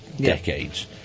decades